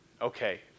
Okay